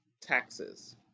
Taxes